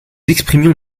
exprimions